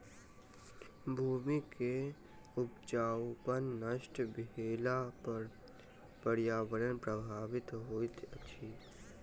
भूमि के उपजाऊपन नष्ट भेला पर पर्यावरण प्रभावित होइत अछि